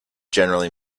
generally